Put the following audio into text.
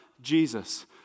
jesus